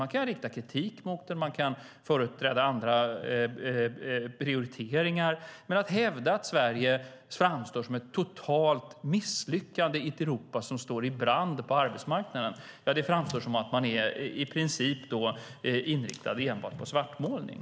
Man kan rikta kritik mot den och man kan företräda andra prioriteringar, men att hävda att Sverige framstår som ett totalt misslyckande i ett Europa som står i brand på arbetsmarknaden framstår som att man i princip är inriktad på enbart svartmålning.